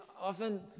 often